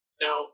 now